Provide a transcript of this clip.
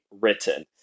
written